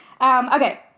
Okay